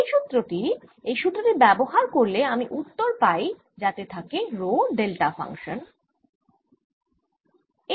এই সুত্র টি এই সুত্র টি ব্যবহার করলে আমি উত্তর পাই যাতে থাকে রো ডেল্টা ফাংশান এর রূপে থাকে